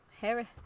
Harry